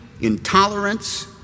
intolerance